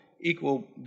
equal